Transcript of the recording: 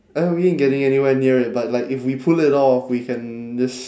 uh we ain't getting anywhere near it but like if we pull it off we can just